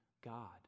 God